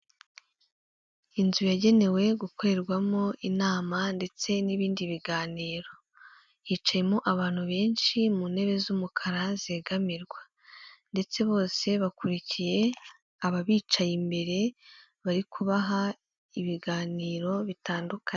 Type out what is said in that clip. Inzu yagenewe gukorerwamo inama ndetse n'ibindi biganiro, hicayemo abantu benshi mu ntebe z'umukara zegamirwa, ndetse bose bakurikiye ababicaye imbere, bari kubaha ibiganiro bitandukanye.